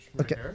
Okay